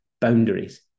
boundaries